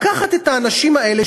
לקחת את האנשים האלה,